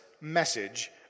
message